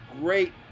great